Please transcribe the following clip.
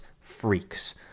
freaks